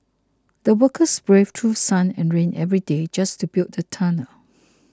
the workers braved through sun and rain every day just to build the tunnel